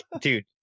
dude